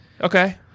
okay